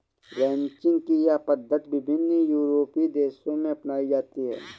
ranching की यह पद्धति विभिन्न यूरोपीय देशों में अपनाई जाती है